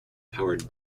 powered